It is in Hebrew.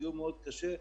שנפגעו קשה מאוד,